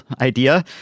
idea